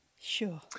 Sure